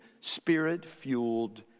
spirit-fueled